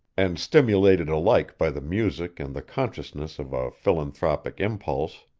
and stimulated alike by the music and the consciousness of a philanthropic impulse,